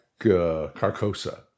Carcosa